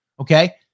Okay